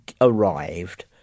arrived